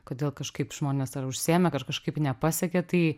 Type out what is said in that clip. kodėl kažkaip žmonės ar užsiėmė kažkaip nepasiekia tai